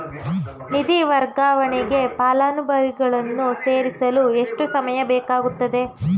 ನಿಧಿ ವರ್ಗಾವಣೆಗೆ ಫಲಾನುಭವಿಗಳನ್ನು ಸೇರಿಸಲು ಎಷ್ಟು ಸಮಯ ಬೇಕಾಗುತ್ತದೆ?